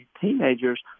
teenagers